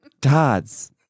Dads